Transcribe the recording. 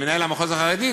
מנהל המחוז החרדי,